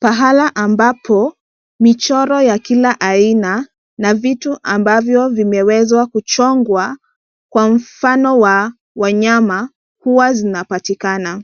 Pahala ambapo michoro ya kila aina na vitu ambavyo vimeweza kuchongwa kwa mfano wa wanyama, huwa zinapatikana.